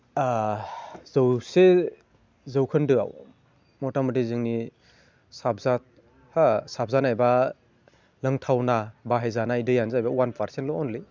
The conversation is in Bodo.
जौसे जौखोन्दोआव मथामथि जोंनि साब हा साबजानाय बा लोंथावना बाहायजानाय दैयानो जाबाय अवान पारसेन्टल' अनलि